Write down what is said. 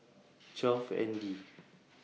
twelve N D